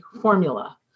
formula